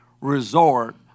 resort